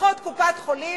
אחות קופת-חולים,